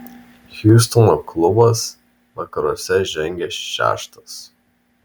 hjustono klubas vakaruose žengia šeštas